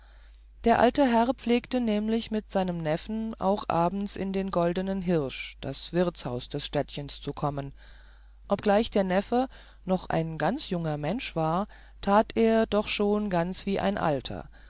der alte herr pflegte nämlich mit seinem neffen auch abends in den goldenen hirsch das wirtshaus des städtchens zu kommen obgleich der neffe noch ein ganz junger mensch war tat er doch schon ganz wie ein alter